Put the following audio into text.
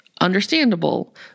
Understandable